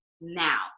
now